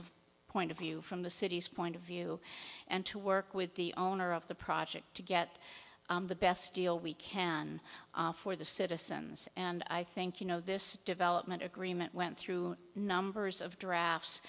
of point of view from the city's point of view and to work with the owner of the project to get the best deal we can for the citizens and i think you know this development agreement went through numbers of drafts